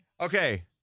Okay